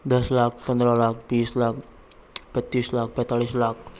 दस लाख पन्द्रह लाख बीस लाख पच्चीस लाख पैंतालीस लाख